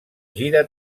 gira